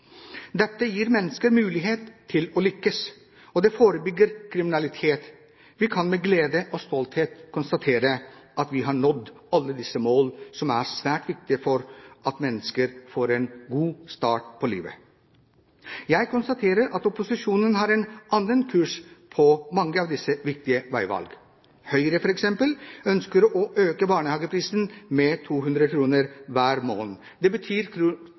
Dette gir mennesker mulighet til å lykkes, og det forebygger kriminalitet. Vi kan med glede og stolthet konstatere at vi har nådd alle disse målene, som er svært viktige for at mennesker får en god start på livet. Jeg konstaterer at opposisjonen har en annen kurs når det gjelder mange av disse viktige veivalgene. Høyre, f.eks. ønsker å øke barnehageprisen med 200 kr hver måned. Det betyr